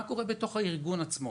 אבל מה קורה בתוך הארגון עצמו?